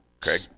Craig